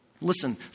listen